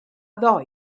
ddoe